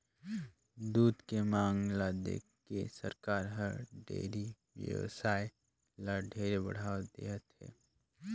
दूद के मांग ल देखके सरकार हर डेयरी बेवसाय ल ढेरे बढ़ावा देहत हे